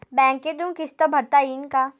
बँकेतून किस्त भरता येईन का?